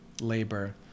labor